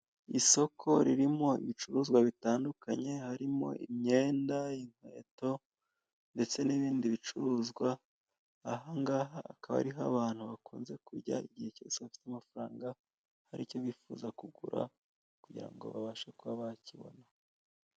Isoko ririmo ibicuruzwa bitandukanye harimo; imyenda, inkweto ndetse n'ibindi bicuruzwa ahangaha hakaba ariho abantu abakunze kujya igihe cyose bafite amafaranga haricyo bifuza kugura kugira ngo babashe kuba bakigura.